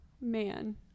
man